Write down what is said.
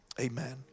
Amen